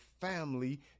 family